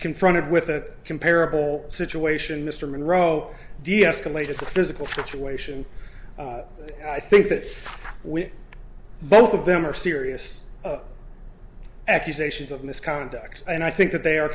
confronted with a comparable situation mr monroe deescalated the physical situation i think that we both of them are serious accusations of misconduct and i think that they are